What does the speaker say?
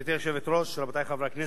גברתי היושבת-ראש, רבותי חברי הכנסת,